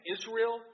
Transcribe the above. Israel